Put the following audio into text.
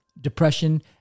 depression